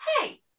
hey